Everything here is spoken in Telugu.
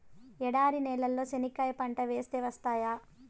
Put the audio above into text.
ఎడారి నేలలో చెనక్కాయ పంట వేస్తే వస్తాయా?